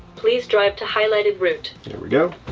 please drive to highlighted route. there we go.